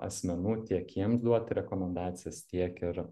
asmenų tiek jiems duoti rekomendacijas tiek ir